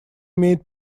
имеет